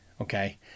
Okay